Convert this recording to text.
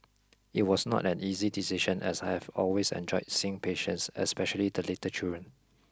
it was not an easy decision as I have always enjoyed seeing patients especially the little children